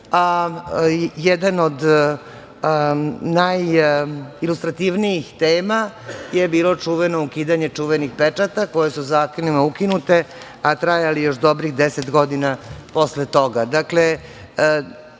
jedna od najilustrativnijih tema je bilo čuveno ukidanje čuvenih pečata, koji su zakonom ukinuti, a trajali još dobrih 10 godina posle toga.